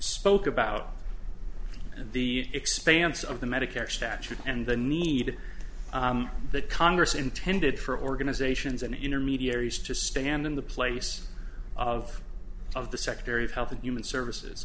spoke about the expanse of the medicare statute and the need that congress intended for organizations and intermediaries to stand in the place of of the secretary of health and human services